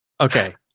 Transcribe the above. Okay